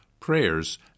prayers